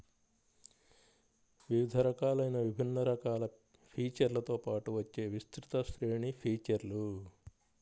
వివిధ రకాలైన విభిన్న రకాల ఫీచర్లతో పాటు వచ్చే విస్తృత శ్రేణి ఫీచర్లు